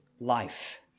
life